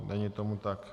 Není tomu tak.